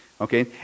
Okay